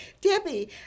Debbie